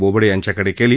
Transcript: बोबडे यांच्याकडे केली